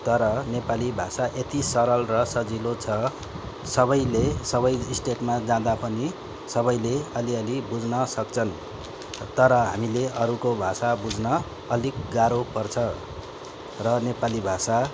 तर नेपाली भाषा यति सरल र सजिलो छ सबैले सबै स्टेटमा जाँदा पनि सबैले अलि अलि बुझ्न सक्छन् तर हामीले अरूको भाषा बुझ्न अलिक गाह्रो पर्छ र नेपाली भाषा